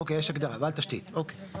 אוקי יש הגדרה בעל תשתית, אוקי.